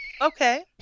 Okay